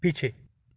पीछे